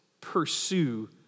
pursue